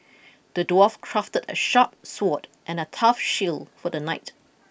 the dwarf crafted a sharp sword and a tough shield for the knight